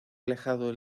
alejado